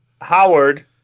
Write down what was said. Howard